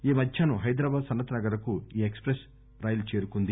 ఈ మధ్యాహ్నాం హైదరాబాద్ సనత్ నగర్ కు ఈ ఎక్స్ ప్రెస్ రైలు చేరుకుంది